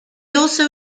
also